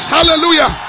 Hallelujah